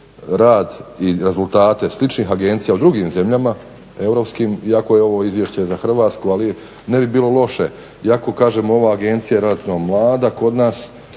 rad i rezultate sličnih agencija u drugim zemljama europskim iako je ovo izvješće za Hrvatsku. Ali ne bi bilo loše, iako kažem ova je Agencija relativno mlada kod nas.